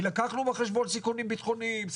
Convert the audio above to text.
כי לקחנו בחשבון סיכונים בטחונים,